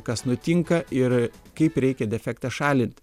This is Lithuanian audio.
kas nutinka ir kaip reikia defektą šalint